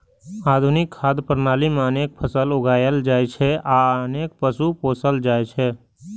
आधुनिक खाद्य प्रणाली मे अनेक फसल उगायल जाइ छै आ अनेक पशु पोसल जाइ छै